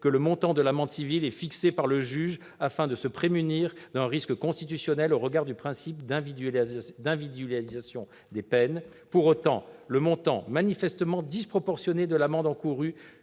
que le montant de l'amende civile est fixé par le juge afin de se prémunir d'un risque constitutionnel au regard du principe d'individualisation des peines. Pour autant, le montant manifestement disproportionné de l'amende encourue